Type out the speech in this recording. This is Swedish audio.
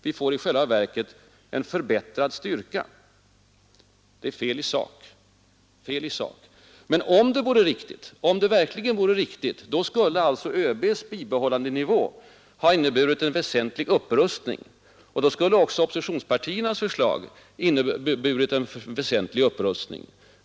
Vi får i själva verket en förbättrad försvarsstyrka, sade försvarsministern. Det är fel i sak. Men om det verkligen vore riktigt, då skulle alltså ÖB:s bibehållandenivå ha inneburit en väsentlig upprustning. Då skulle också oppositionspartiernas förslag ha inneburit en väsentlig upprustning.